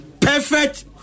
perfect